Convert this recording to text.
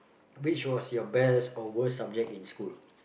which was your best or worst subject in school